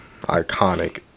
iconic